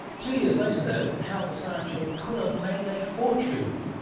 two years later though, how the science show could have made a fortune.